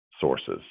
sources